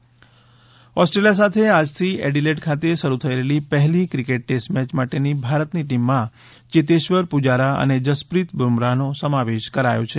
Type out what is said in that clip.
cricket Australia સાથે આજથી Adelaide ખાતે શરૂ થઈ રહેલી પહેલી ક્રિકેટ ટેસ્ટ મેય માટેની ભારતની ટીમમાં ચેતેશ્વર પૂજારા અને જસપ્રીત બુમરાહનો સમાવેશ કરાથો છે